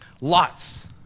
Lots